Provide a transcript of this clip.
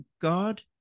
God